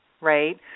right